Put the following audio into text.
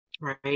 right